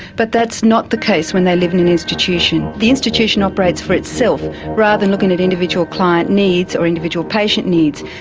but that's not the case when they live in an institution. the institution operates for itself rather than looking at individual client needs or individual patient needs.